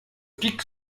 pic